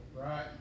Right